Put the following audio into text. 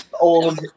old